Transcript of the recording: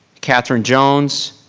catherine jones.